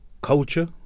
culture